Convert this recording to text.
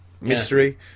mystery